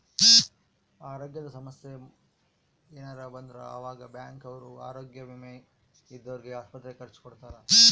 ಅರೋಗ್ಯದ ಸಮಸ್ಸೆ ಯೆನರ ಬಂದ್ರ ಆವಾಗ ಬ್ಯಾಂಕ್ ಅವ್ರು ಆರೋಗ್ಯ ವಿಮೆ ಇದ್ದೊರ್ಗೆ ಆಸ್ಪತ್ರೆ ಖರ್ಚ ಕೊಡ್ತಾರ